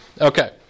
Okay